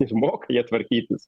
ir moka jie tvarkytis